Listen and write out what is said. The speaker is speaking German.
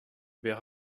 wer